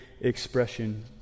expression